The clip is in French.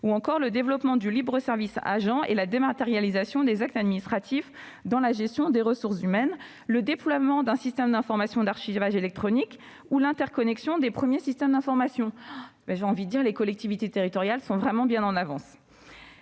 ou encore le développement des libres-services agents et la dématérialisation des actes administratifs dans la gestion des ressources humaines, le déploiement d'un système d'information (SI) d'archivage électronique ou l'interconnexion des premiers SI. Les collectivités territoriales sont vraiment bien en avance